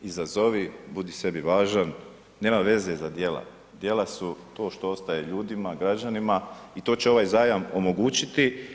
Izazovi, budi sebi važan, nema veze za djela, djela su to što ostaje ljudima, građanima i to će ovaj zajam omogućiti.